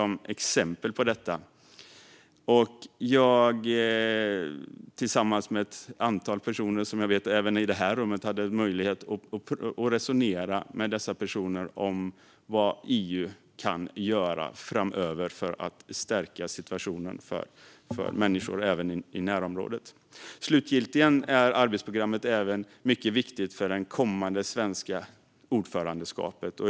Jag hade tillsammans med ett antal personer även i det här rummet möjlighet att resonera med dessa personer om vad EU kan göra framöver för att stärka situationen för människor även i närområdet. Slutligen är arbetsprogrammet även mycket viktigt för det kommande svenska ordförandeskapet.